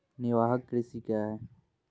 निवाहक कृषि क्या हैं?